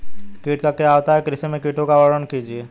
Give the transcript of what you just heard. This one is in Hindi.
कीट क्या होता है कृषि में कीटों का वर्णन कीजिए?